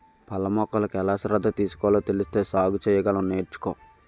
పళ్ళ మొక్కలకు ఎలా శ్రద్ధ తీసుకోవాలో తెలిస్తే సాగు సెయ్యగలం నేర్చుకో